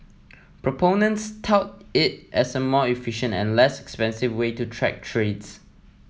proponents tout it as a more efficient and less expensive way to track trades